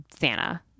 Santa